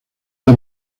las